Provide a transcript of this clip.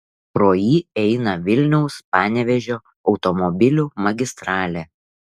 pro jį eina vilniaus panevėžio automobilių magistralė